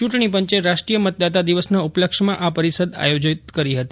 ચૂંટણીપંચે રાષ્ટ્રીય મતદાતા દિવસના ઉપલક્ષ્યમાં આ પરિષદ આયોજિત કરી હતી